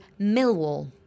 Millwall